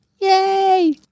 Yay